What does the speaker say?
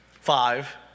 five